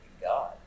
god